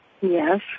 Yes